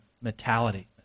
mentality